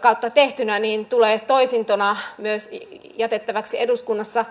kautta tehtynä tulee toisintona myös jätettäväksi eduskunnassa